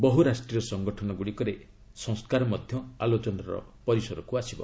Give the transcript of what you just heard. ବହୁ ରାଷ୍ଟ୍ରୀୟ ସଂଗଠନ ଗୁଡ଼ିକରେ ସଂସ୍କାର ମଧ୍ୟ ଆଲୋଚନାର ପରିସରକୁ ଆସିବ